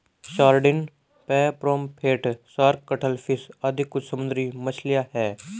sardine, pomfret, shark, cuttlefish आदि कुछ समुद्री मछलियाँ हैं